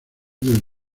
del